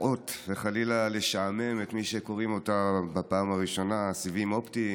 להטעות וחלילה לשעמם את מי שקוראים אותה בפעם הראשונה: סיבים אופטיים,